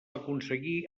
aconseguir